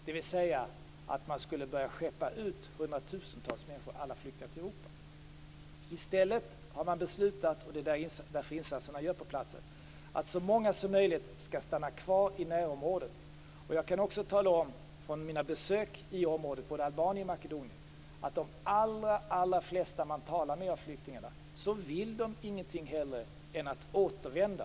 Jag talar om att börja skeppa ut hundratusentals människor - alla flyktingar - till I stället har man beslutat - det är därför insatserna görs på plats - att så många som möjligt skall stanna kvar i närområdet. Jag kan också med ledning av mina besök i området - både i Albanien och i Makedonien - tala om att de allra flesta flyktingar vi talar med inte vill någonting hellre än att återvända.